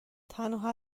تنها